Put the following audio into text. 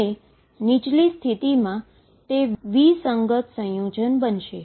અને નીચલી સ્થિતિમાં તે વિસંગત સંયોજનો બનશે